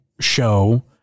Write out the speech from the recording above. show